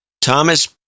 Thomas